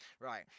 Right